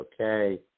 okay